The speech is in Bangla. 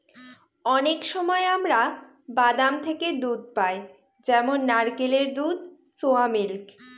অনেক সময় আমরা বাদাম থেকে দুধ পাই যেমন নারকেলের দুধ, সোয়া মিল্ক